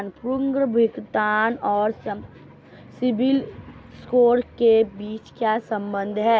पुनर्भुगतान और सिबिल स्कोर के बीच क्या संबंध है?